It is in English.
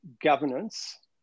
Governance